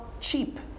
cheap